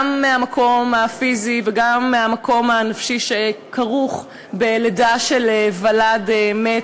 גם מהמקום הפיזי וגם מהמקום הנפשי שכרוך בלידה של ולד מת,